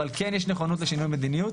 אבל כן יש נכונות לשינוי מדיניות.